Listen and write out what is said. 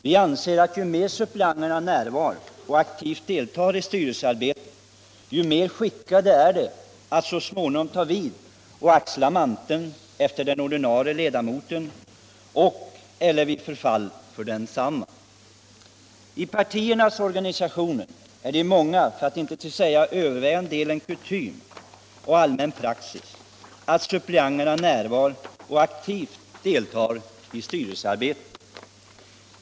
Vi anser att ju mer suppleanterna är närvarande och aktivt deltar i styrelsearbetet, desto mer skickade är de att så småningom ta vid och axla manteln efter den ordinarie ledamoten och/eller delta vid förfall för densamme. I partiernas organisationer är det i många fall, för att inte säga till övervägande delen, praxis att suppleanterna är närvarande och aktivt deltar i styrelsearbetet.